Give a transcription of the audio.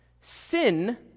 Sin